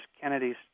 Kennedy's